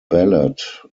ballot